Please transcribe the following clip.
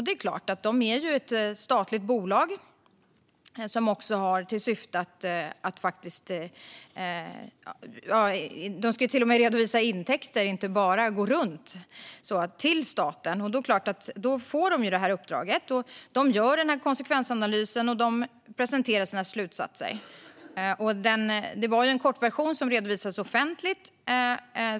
Det är ett statligt bolag som till och med ska redovisa intäkter till staten, inte bara gå runt. Swedavia har gjort en konsekvensanalys, och man har presenterat sina slutsatser. En kortversion har redovisats offentligt.